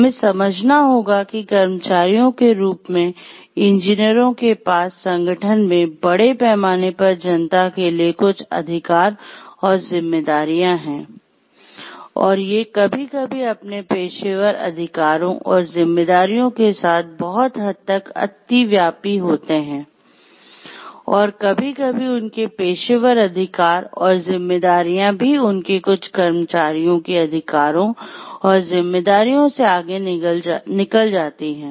हमें समझना होगा कि कर्मचारियों के रूप में इंजीनियरों के पास संगठन में बड़े पैमाने पर जनता के लिए कुछ अधिकार और जिम्मेदारियां हैं और ये कभी कभी अपने पेशेवर अधिकारों और जिम्मेदारियों के साथ बहुत हद तक अतिव्यापी होते हैं और कभी कभी उनके पेशेवर अधिकार और जिम्मेदारियां भी उनके कुछ कर्मचारियों के अधिकारों और जिम्मेदारियों से आगे निकल जाती हैं